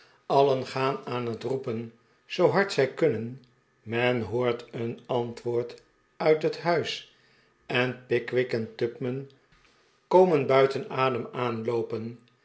allen gaan aan net roepen zoo hard zij kunnenj men hoort een antwoord uit het huis en pickwick en tupman komen buiten adem aanloopen